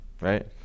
right